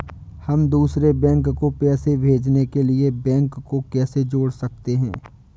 हम दूसरे बैंक को पैसे भेजने के लिए बैंक को कैसे जोड़ सकते हैं?